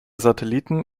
satelliten